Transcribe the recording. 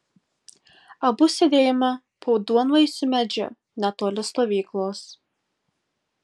abu sėdėjome po duonvaisiu medžiu netoli stovyklos